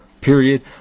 period